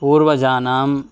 पूर्वजानां